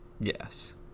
Yes